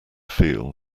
feel